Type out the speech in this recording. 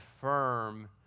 firm